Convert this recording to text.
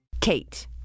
KATE